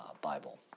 Bible